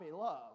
love